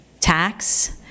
tax